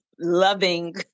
loving